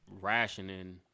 rationing